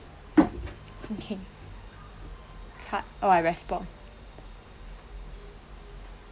okay cut oh I respond